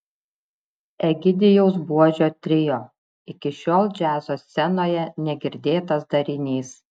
egidijaus buožio trio iki šiol džiazo scenoje negirdėtas darinys